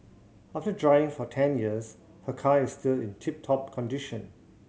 after driving for ten years her car is still in tip top condition